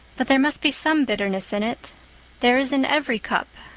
but there must be some bitterness in it there is in every cup.